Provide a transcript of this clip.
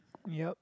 yup